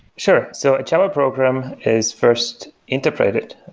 sure. so a java program is first interpreted.